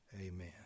amen